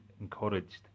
encouraged